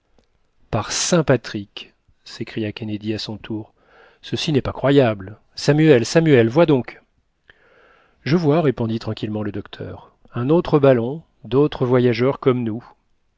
saint patrick s'écria kennedy à son tour ceci n'est pas croyable samuel samuel vois donc je vois répondit tranquillement le docteur un autre ballon dautres voyageurs comme nous